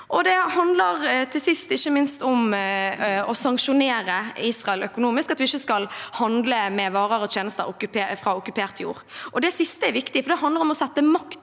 handler om å sanksjonere mot Israel økonomisk, at vi ikke skal handle varer og tjenester fra okkupert jord. Det siste er viktig, for det handler om å sette makt